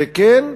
זה כן,